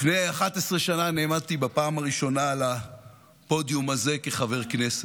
לפני 11 שנה נעמדתי בפעם הראשונה על הפודיום הזה כחבר כנסת.